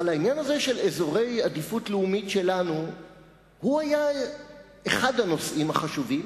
אבל העניין הזה של אזורי עדיפות לאומית שלנו היה אחד הנושאים החשובים,